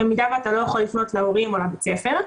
במידה ואתה לא יכול לפנות להורים או לבית הספר.